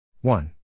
one